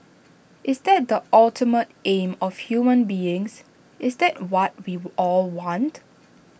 is that the ultimate aim of human beings is that what we all want